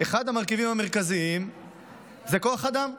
אחד המרכיבים המרכזיים זה כוח אדם.